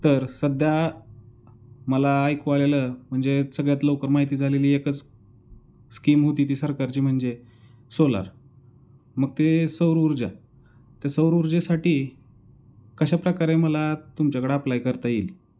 तर सध्या मला ऐकू आलेलं म्हणजे सगळ्यात लवकर माहिती झालेली एकच स्कीम होती ती सरकारची म्हणजे सोलार मग ते सौरऊर्जा ते सौरऊर्जेसाठी कशाप्रकारे मला तुमच्याकडं अप्लाय करता येईल